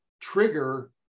trigger